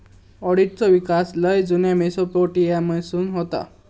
ऑडिटचो विकास लय जुन्या मेसोपोटेमिया पासून होता